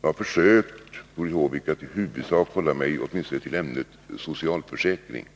Jag har försökt att, Doris Håvik, i huvudsak hålla mig till ämnet socialförsäkring.